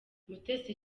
mutesi